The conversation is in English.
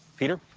peter.